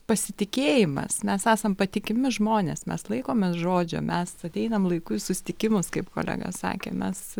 pasitikėjimas mes esam patikimi žmonės mes laikomės žodžio mes ateinam laiku į susitikimus kaip kolega sakė mes